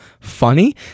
funny